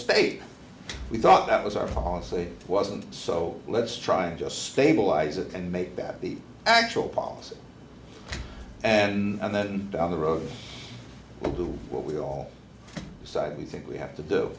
state we thought that was our policy wasn't so let's try and just stabilize it and make that the actual policy and then down the road i'll do what we all decide we think we have to do